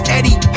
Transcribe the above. Eddie